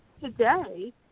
Today